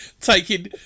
taking